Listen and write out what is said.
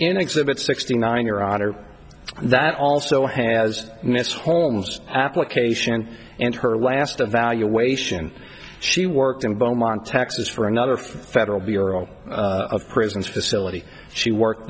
in exhibit sixty nine your honor that also has miss holmes application and her last evaluation she worked in beaumont texas for another federal bureau of prisons facility she worked